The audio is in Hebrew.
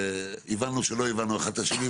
הבנו שלא הבנו אחד את השני,